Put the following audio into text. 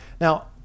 Now